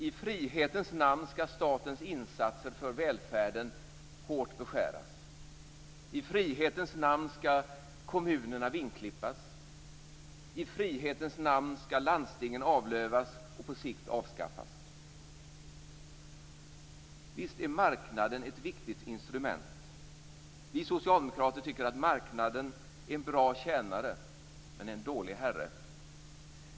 I frihetens namn skall statens insatser för välfärden hårt beskäras. I frihetens namn skall kommunerna vingklippas. I frihetens namn skall landstingen avlövas och på sikt avskaffas. Visst är marknaden ett viktigt instrument. Vi socialdemokrater tycker att marknaden är en bra tjänare men en dålig herre.